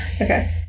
okay